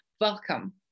welcome